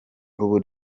ubu